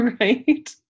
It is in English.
right